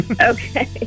Okay